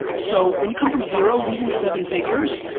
so when you come from zero losing seven figures,